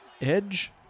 Edge